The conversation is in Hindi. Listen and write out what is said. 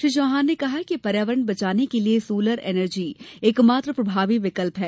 श्री चौहान ने कहा कि पर्यावरण बचाने के लिये सोलर एनर्जी एकमात्र प्रभावी विकल्प है